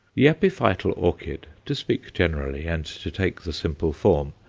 the epiphytal orchid, to speak generally, and to take the simple form,